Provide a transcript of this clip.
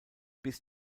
bis